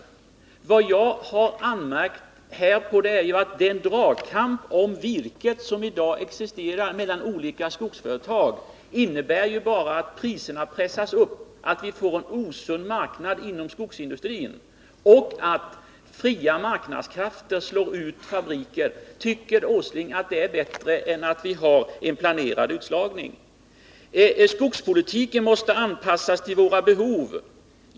Men vad jag har anmärkt på är att den dragkamp om virket som i dag pågår mellan olika skogsföretag bara innebär att priserna pressas upp, att vi får en osund marknad inom skogsindustrin och att de fria marknadskrafterna slår ut fabriker. Tycker Nils Åsling detta är bättre än att ha en planerad skogsindustri? Skogspolitiken måste anpassas till våra behov.